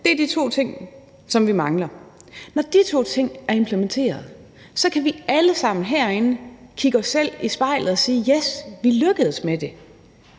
Det er de to ting, som vi mangler. Når de to ting er implementeret, kan vi alle sammen herinde kigge os selv i spejlet og sige: Yes, vi lykkedes med det!